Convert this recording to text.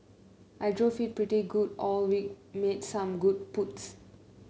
I drove it pretty good all week made some good putts